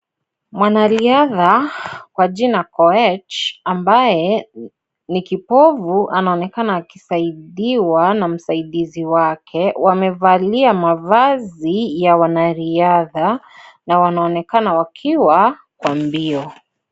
Mwanariadha kwa jina Koech, ambaye ni kipofu, anaonekana akisaidiwa na msaidizi wake. Wamevalia mavazi ya wanariadha na wanaonekana wakiwa kwa mbio.